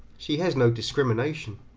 she has no discrimination,